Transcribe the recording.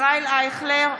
ישראל אייכלר,